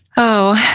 oh.